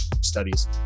studies